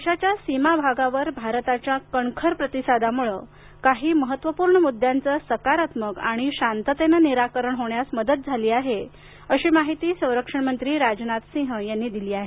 राजनाथ सिंह कणखर प्रतिसादामुळे काही महत्त्वपूर्ण मुद्द्यांचे सकारात्मक आणि शांततेने निराकरण होण्यास मदत झाली आहे अशी माहिती संरक्षणमंत्री राजनाथ सिंह यांनी दिली आहे